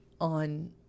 on